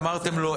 אמרתם לו,